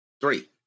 Three